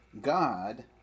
God